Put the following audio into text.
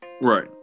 right